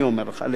אני אומר לך,